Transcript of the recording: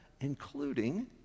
including